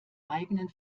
eigenen